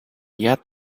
yet